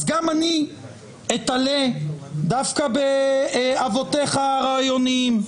אז גם אני אתלה דווקא באבותיך הרעיוניים.